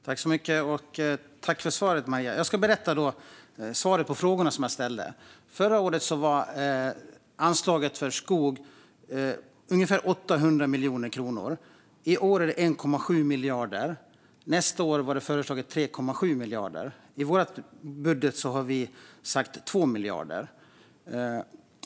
Fru talman! Tack för svaret, Maria Gardfjell! Jag ska berätta svaret på frågorna som jag ställde. Förra året var anslaget för skog ungefär 800 miljoner kronor. I år är det 1,7 miljarder. Nästa år var det föreslagit 3,7 miljarder. I vår budget har vi sagt 2 miljarder.